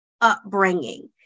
upbringing